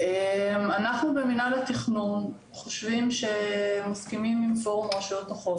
אנחנו במינהל התכנון חושבים מסכימים עם פורום רשויות החוף,